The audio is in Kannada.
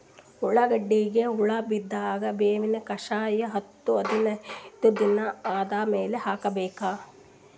ಉಳ್ಳಾಗಡ್ಡಿಗೆ ಹುಳ ಬಿದ್ದಾಗ ಬೇವಿನ ಕಷಾಯ ಹತ್ತು ಹದಿನೈದ ದಿನ ಆದಮೇಲೆ ಹಾಕಬೇಕ?